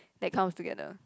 that comes together